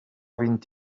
vint